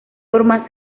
gormaz